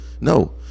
No